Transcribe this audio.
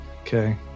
okay